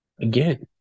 Again